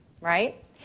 right